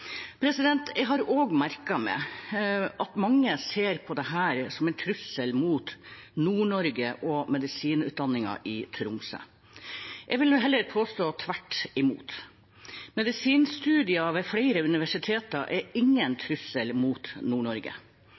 Jeg har også merket meg at mange ser på dette som en trussel mot Nord-Norge og medisinutdanningen i Tromsø. Jeg vil heller påstå at det er tvert imot – medisinstudier ved flere universiteter er ingen trussel mot